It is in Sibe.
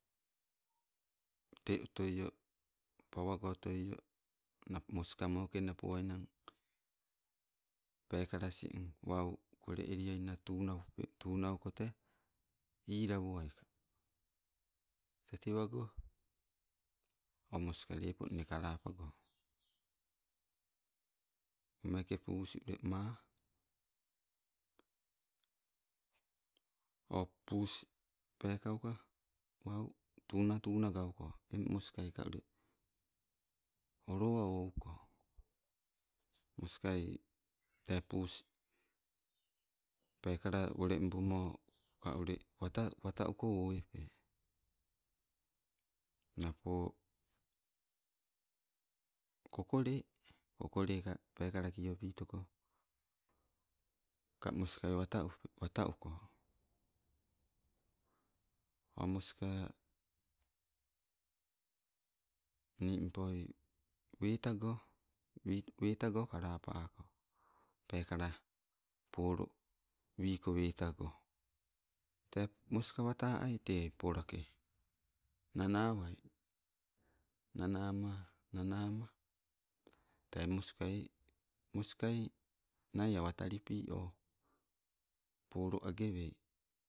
Tee otoio, pawago otoio nap moska mokenna poainen pekala asin wau, kole e leainna tunaup, tunaukote ila woai. Tee tewago oh, moska nne lep kalapago. O meka ule pus maaa. O pus pekauka wau, tuna tuna gauko, eng moskai ka ule olowa ouko. Moskai te ppus pekala olembuno ka ule wata, wata uko owepe. Napo kokole, kokole ka pekala iopitoko, ka moskai wata upe, wta uko. O maska, nimpoi, wetago wi, wetago kalapako pekala polo wiko wetago. Tee moska wata ai te polake, nanawai nanama, nanama tei moskai, moskai nai awa talipi oh polo agee wei